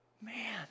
Man